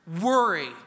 worry